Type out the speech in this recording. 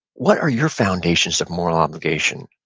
what are your foundations of moral obligation?